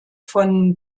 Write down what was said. von